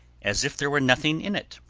as if there were nothing in it.